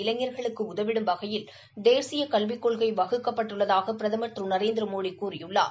இளைஞர்களுக்கு உதவிடும் வகையில் தேசிய கல்விக் கொள்கை வகுக்கப்பட்டுள்ளதாக பிரதமர் திரு நரேந்திரமோடி கூறியுள்ளார்